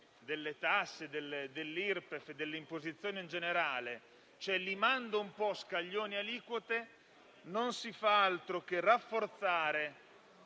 delle tasse, dell'Irpef e dell'imposizione in generale, limando un po' scaglioni e aliquote, non fa altro che rafforzare